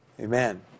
Amen